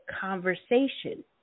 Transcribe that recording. conversation